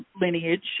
lineage